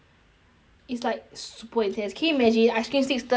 it's like super intense can you imagine